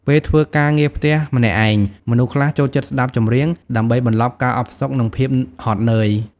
ពេលធ្វើការងារផ្ទះម្នាក់ឯង មនុស្សខ្លះចូលចិត្តស្ដាប់ចម្រៀង ដើម្បីបន្លប់ការអផ្សុក និង ភាពហត់នឿយ។